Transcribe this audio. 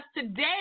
today